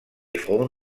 front